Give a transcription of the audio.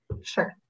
Sure